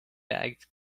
bags